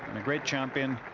a great champion.